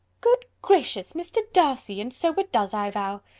good gracious! mr. darcy and so it does, i vow.